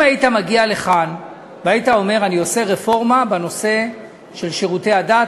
אם היית מגיע לכאן ואומר: אני עושה רפורמה בנושא של שירותי הדת,